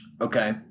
Okay